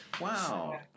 Wow